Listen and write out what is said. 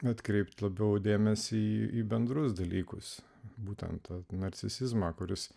atkreipti labiau dėmesį į bendrus dalykus būtent narcisizmą kuris